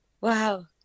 Wow